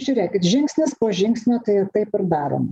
žiūrėkit žingsnis po žingsnio tai taip ir darom